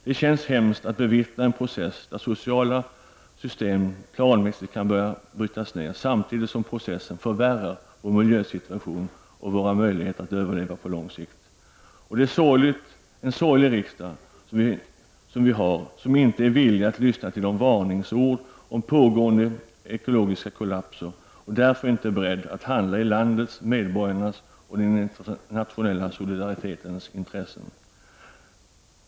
Det är hemskt att bevittna en process som innebär att sociala system planssigt kan börja brytas ned samtidigt som processen förvärrar vår miljösituation och våra möjligheter på lång sikt att överleva. Det är sorgligt att riksdagen inte är villig att lyssna till varningsorden om pågående ekologiska kollapser och därmed inte är beredd att handla i landets, medborgarnas och den internationella solidaritetens intresse.